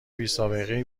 بیسابقهای